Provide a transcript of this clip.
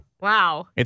Wow